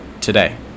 today